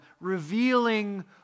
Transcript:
revealing